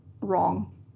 wrong